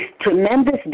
tremendous